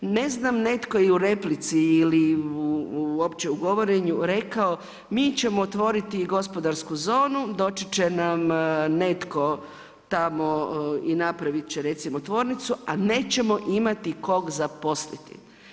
Ne znam netko je u replici ili uopće u govorenju rekao, mi ćemo otvoriti gospodarsku zonu, doći će netko tamo i napraviti će recimo tvornicu a nećemo imati koga zaposliti.